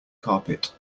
carpet